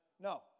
No